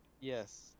Yes